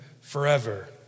forever